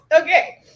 Okay